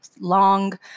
long